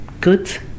good